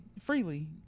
freely